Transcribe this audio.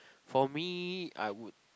for me I would